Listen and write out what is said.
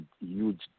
huge